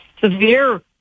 severe